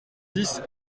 dix